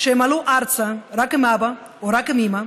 שעלו ארצה רק עם אבא או רק עם אימא,